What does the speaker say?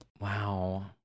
wow